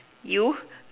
you